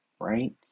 right